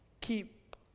keep